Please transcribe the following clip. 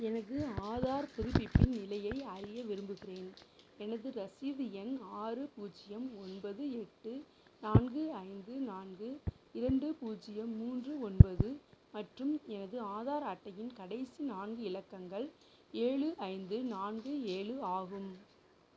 எனது ஆதார் புதுப்பிப்பின் நிலையை அறிய விரும்புகிறேன் எனது ரசீது எண் ஆறு பூஜ்யம் ஒன்பது எட்டு நான்கு ஐந்து நான்கு இரண்டு பூஜ்யம் மூன்று ஒன்பது மற்றும் எனது ஆதார் அட்டையின் கடைசி நான்கு இலக்கங்கள் ஏழு ஐந்து நான்கு ஏழு ஆகும்